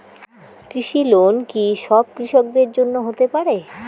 কৃষি লোন কি সব কৃষকদের জন্য হতে পারে?